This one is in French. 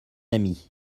ami